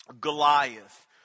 Goliath